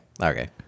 Okay